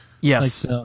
Yes